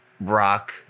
Rock